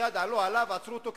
מייד עלו עליו ועצרו אותו,